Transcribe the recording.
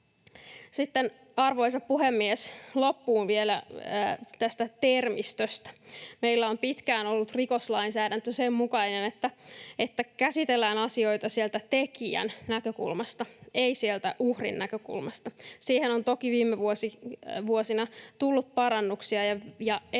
arvoisa puhemies, loppuun vielä tästä termistöstä. Meillä on pitkään ollut rikoslainsäädäntö sen mukainen, että käsitellään asioita sieltä tekijän näkökulmasta, ei sieltä uhrin näkökulmasta. Siihen on toki viime vuosina tullut parannuksia, ja erityisesti